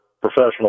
professional